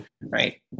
right